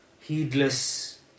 heedless